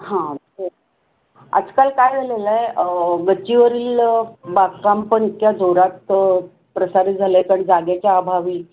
हां तेच आजकाल काय झालेलं आहे गच्चीवरील बागकाम पण इतक्या जोरात प्रसारित झालं आहे कारण जागेच्या अभावी